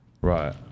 Right